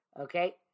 Okay